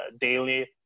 daily